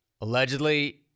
allegedly